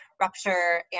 rupture